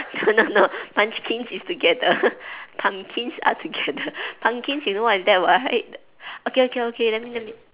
no no no munchkins is together pumpkins are together pumpkins you know what is that right okay okay okay let me let me